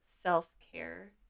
self-care